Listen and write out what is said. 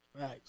Right